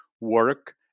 work